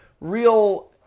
real